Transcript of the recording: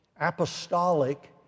Apostolic